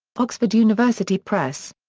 oxford university press.